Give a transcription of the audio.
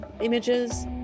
images